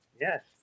Yes